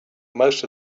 most